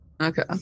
Okay